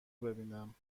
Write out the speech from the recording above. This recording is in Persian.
ببینم